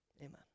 amen